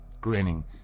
Grinning